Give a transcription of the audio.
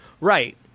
Right